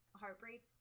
heartbreak